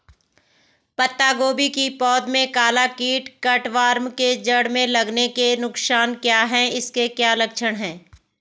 पत्ता गोभी की पौध में काला कीट कट वार्म के जड़ में लगने के नुकसान क्या हैं इसके क्या लक्षण हैं?